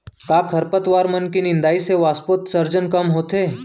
का खरपतवार मन के निंदाई से वाष्पोत्सर्जन कम होथे?